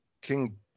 King